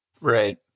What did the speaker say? Right